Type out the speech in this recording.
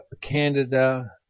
Canada